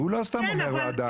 והוא לא סתם אומר "ועדה".